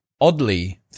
oddly